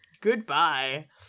goodbye